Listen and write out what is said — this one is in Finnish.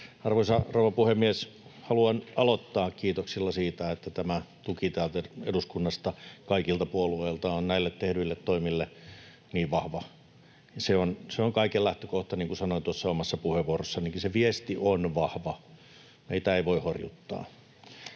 Arvoisa rouva puhemies! Haluan aloittaa kiitoksilla siitä, että tämä tuki täältä eduskunnasta kaikilta puolueilta on näille tehdyille toimille niin vahva. Se on kaiken lähtökohta, niin kuin sanoin tuossa omassa puheenvuorossanikin. Se viesti on vahva: meitä ei voi horjuttaa.